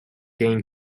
gain